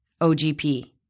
OGP